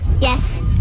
Yes